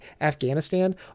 Afghanistan